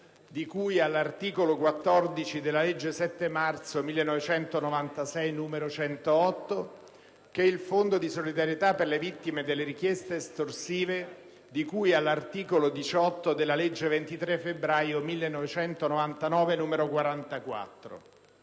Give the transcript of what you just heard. di cui all'articolo 14 della legge 7 marzo 1996, n. 108, e del Fondo di solidarietà per le vittime delle richieste estorsive, di cui all'articolo 18 della legge 23 febbraio 1999 n. 44.